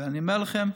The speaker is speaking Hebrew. ואני אומר לכם,